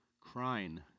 Crying